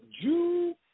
Jew